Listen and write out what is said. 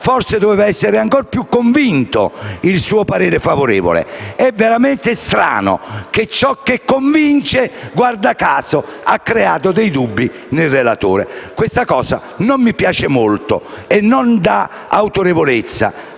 avrebbe dovuto essere ancor più convinto. È veramente strano che ciò che convince, guarda caso, ha creato dei dubbi nel relatore. Questa cosa non mi piace molto e non dà autorevolezza